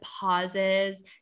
pauses